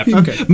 okay